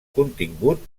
contingut